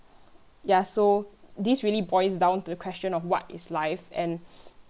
ya so this really boils down to the question of what is life and